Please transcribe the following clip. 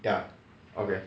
ya okay